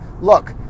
look